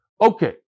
Okay